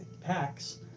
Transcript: packs